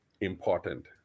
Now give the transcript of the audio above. important